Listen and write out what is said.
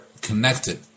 connected